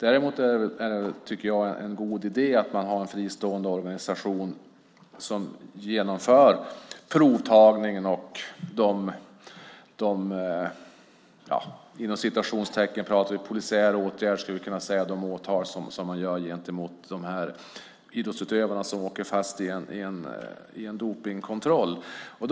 Däremot är det en god idé att man har en fristående organisation som genomför provtagningen, de "polisiära åtgärderna" och åtalen gentemot de idrottsutövare som åker fast i dopningskontroller.